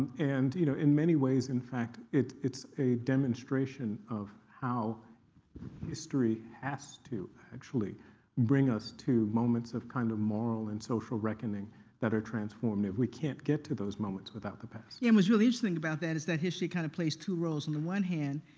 and you know in many ways, in fact, it's it's a demonstration of how history has to actually bring us to moments of kind of moral and social reckoning that are transformed. and we can't get to those moments without the past. yeah, and what's really interesting about that is that history kind of plays two roles. on the one hand,